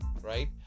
Right